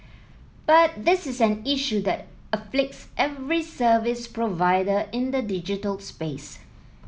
but this is an issue that afflicts every service provider in the digital space